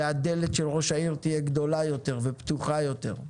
והדלת של ראש העיר תהיה גדולה יותר ופתוחה יותר.